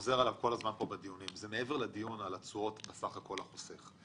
וזה מעבר לדיון על התשואות בסך הכל לחוסך.